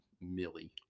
Millie